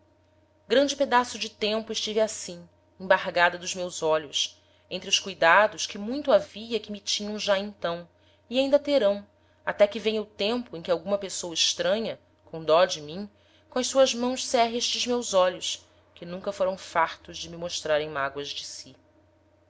grande pedaço de tempo estive assim embargada dos meus olhos entre os cuidados que muito havia que me tinham já então e ainda terão até que venha o tempo em que alguma pessoa estranha com dó de mim com as suas mãos cerre estes meus olhos que nunca foram fartos de me mostrarem mágoas de si